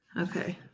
Okay